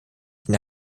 die